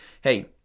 hey